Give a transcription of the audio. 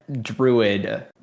druid